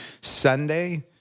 Sunday